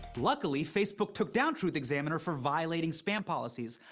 luckily, facebook took down truthexaminer for violating spam policies.